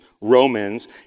Romans